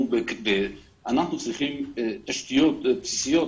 אנחנו צריכים תשתיות בסיסיות.